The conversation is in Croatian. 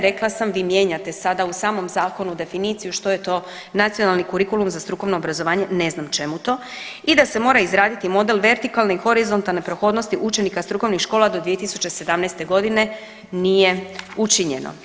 Rekla sam vi mijenjate sada u samom zakonu definiciju što je to nacionalni kurikulum za strukovno obrazovanje ne znam čemu to i da se mora izraditi model vertikalne i horizontalne prohodnosti učenika strukovnih škola do 2017. godine nije učinjeno.